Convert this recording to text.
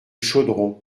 chaudron